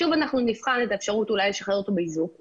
ושוב נבחן את האפשרות אולי לשחרר אותו באיזוק,